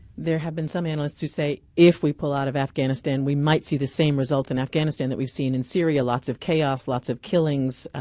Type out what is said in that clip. there have been some analysts who say if we pull out of afghanistan we might see the same results in afghanistan that we've seen in syria, lots of chaos, lots of killings.